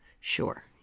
Sure